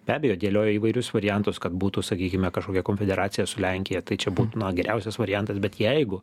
be abejo dėliojo įvairius variantus kad būtų sakykime kažkokia konfederacija su lenkija tai čia na geriausias variantas bet jeigu